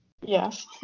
Yes